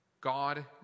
God